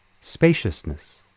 spaciousness